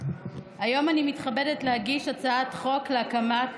היום אני מתכבדת להגיש הצעת חוק להקמת